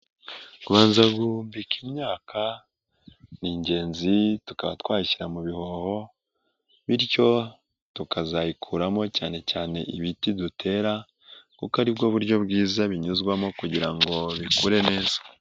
Kubanza guhumbika imyaka ni ingenzi tukaba twayishyira mu bihoho ,bityo tukazayikuramo cyane cyane ibiti dutera ,kuko aribwo buryo bwiza binyuzwamo kugira ngo bikure neza.